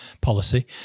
policy